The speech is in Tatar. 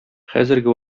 хәзерге